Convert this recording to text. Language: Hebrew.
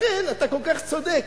לכן אתה כל כך צודק.